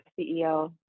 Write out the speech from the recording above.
ceo